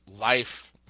life